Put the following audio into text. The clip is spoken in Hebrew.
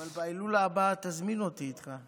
אבל בהילולה הבאה תזמין אותי איתך.